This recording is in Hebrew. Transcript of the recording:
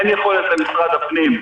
אין יכולת למשרד הפנים,